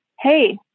hey